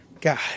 God